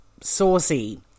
saucy